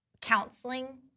counseling